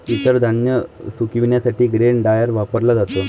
इतर धान्य सुकविण्यासाठी ग्रेन ड्रायर वापरला जातो